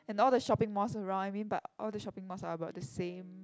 and all the shopping malls around I mean but all the shopping malls are about the same